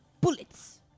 Bullets